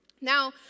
Now